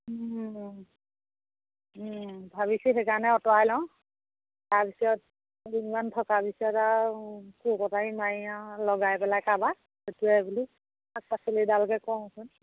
ভাবিছোঁ সেইকাৰণে আঁতৰাই লওঁ তাৰপিছত কেইদিনমান থকা পিছত আৰু কোৰ কটাৰী মাৰি আৰু লগাই পেলাই কাবাক হতোৱাই বোলো শাক পাচলি এডালকে কওঁচোন